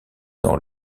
dans